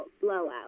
blowout